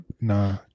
Nah